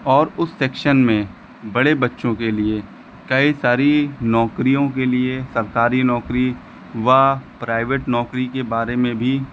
और उस सेक्शन में बड़े बच्चों के लिए कई सारी नौकरियों के लिए सरकारी नौकरी व प्राइवेट नौकरी के बारे में भी